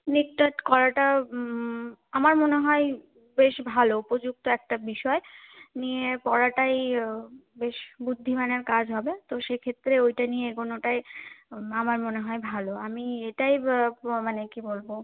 করাটা আমার মনে হয় বেশ ভালো উপযুক্ত একটা বিষয় নিয়ে পড়াটাই বেশ বুদ্ধিমানের কাজ হবে তো সেক্ষেত্রে ওইটা নিয়ে এগোনোটাই আমার মনে হয় ভালো আমি এটাই মানে কী বলবো